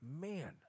man